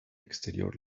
exterior